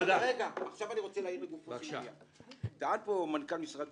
טען פה מנכ"ל משרד